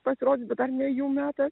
pasirodys bet dar ne jų metas